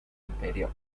interior